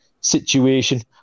situation